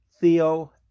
Theo